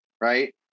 right